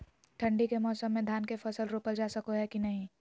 ठंडी के मौसम में धान के फसल रोपल जा सको है कि नय?